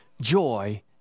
joy